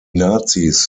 nazis